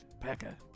pecker